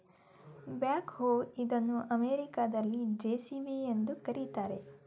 back ಹೋ ಇದನ್ನು ಅಮೆರಿಕದಲ್ಲಿ ಜೆ.ಸಿ.ಬಿ ಎಂದು ಕರಿತಾರೆ